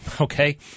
okay